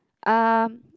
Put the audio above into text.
um